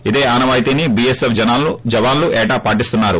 ఇదే ఆనవాయితీని బీఎస్ఎఫ్ జవాన్లు ఏటా పాటిస్తున్నారు